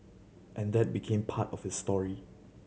and that became part of his story